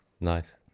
nice